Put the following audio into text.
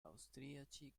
austriaci